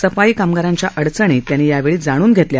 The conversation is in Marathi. सफाई कामगारांच्या अडचणी त्यांनी यावेळी जाणून घेतल्या